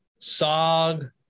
SOG